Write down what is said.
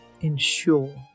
ensure